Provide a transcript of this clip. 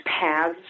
paths